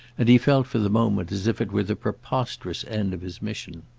and he felt for the moment as if it were the preposterous end of his mission.